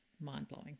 mind-blowing